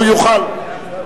הוא יוכל.